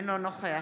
אינו נוכח